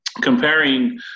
comparing